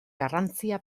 garrantzia